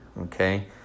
okay